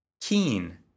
Keen